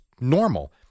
normal